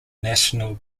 national